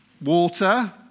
water